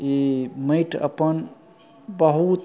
उ माँटि अपन बहुत